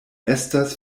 estas